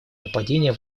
нападения